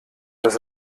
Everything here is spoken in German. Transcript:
das